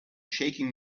shaking